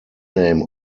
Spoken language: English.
name